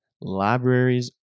libraries